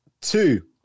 two